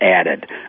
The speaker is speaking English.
added